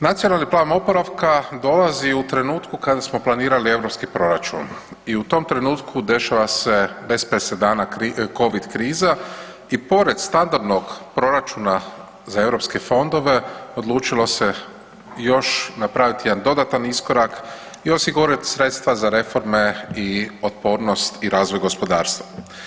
Nacionalni plan oporavka dolazi u trenutku kada smo planirali europski proračun i u tom trenutku dešava se bez presedana covid kriza i pored standardnog proračuna za eu fondove odlučilo se još napraviti jedan dodatan iskorak i osigurat sredstva za reforme i otpornost i razvoj gospodarstva.